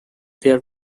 their